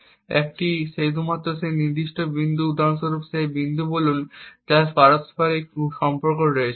তাই তিনি বিবেচনা করেন শুধুমাত্র যে নির্দিষ্ট বিন্দু উদাহরণস্বরূপ এই বিন্দু বলুন যার সর্বোচ্চ পারস্পরিক সম্পর্ক আছে